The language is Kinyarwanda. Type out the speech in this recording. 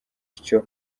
utyo